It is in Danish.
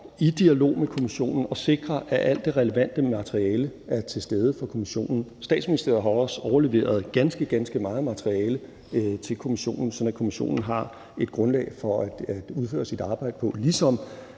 i dialog med kommissionen at sikre, at alt det relevante materiale er til stede for kommissionen. Statsministeriet har også overleveret ganske, ganske meget materiale til kommissionen, sådan at kommissionen har et grundlag at udføre sit arbejde på, ligesom